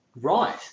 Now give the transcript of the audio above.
Right